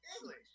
English